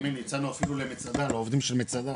תאמין לי הצענו אפילו לעובדים של מצדה